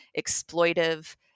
exploitive